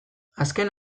azken